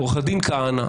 עו"ד כהנא,